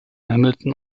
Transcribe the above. hamilton